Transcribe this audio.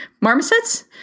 marmosets